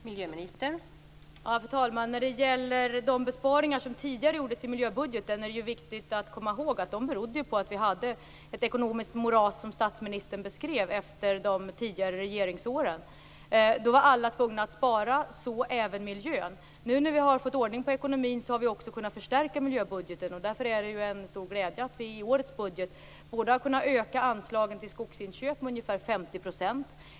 Fru talman! När det gäller de besparingar som tidigare gjordes i miljöbudgeten är det viktigt att komma ihåg att de berodde på att vi hade ett ekonomiskt moras, som statsministern beskrev, efter de tidigare regeringsåren. Då var alla tvungna att spara - så även miljön. Nu när vi har fått ordning på ekonomin har vi kunnat förstärka miljöbudgeten. Därför är det glädjande att vi i årets budget har kunnat öka anslagen till skogsinköp med ungefär 50 %.